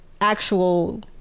actual